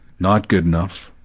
not good enough.